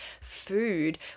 food